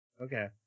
Okay